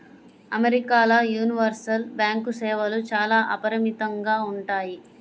అమెరికాల universal bank సేవలు చాలా అపరిమితంగా ఉంటాయి